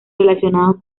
relacionados